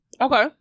okay